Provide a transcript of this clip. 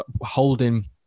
holding